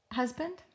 husband